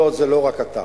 לא, זה לא רק אתה,